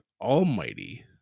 almighty